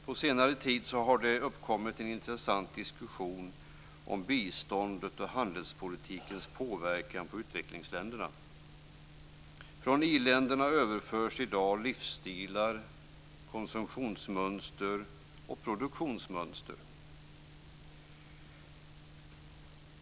På senare tid har det uppkommit en intressant diskussion om biståndet och handelspolitikens påverkan på utvecklingsländerna. Från iländerna överförs i dag livsstilar, konsumtionsmönster och produktionsmönster.